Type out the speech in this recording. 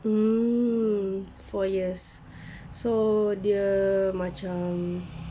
mm four years so dia macam